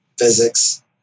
physics